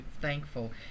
thankful